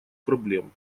проблем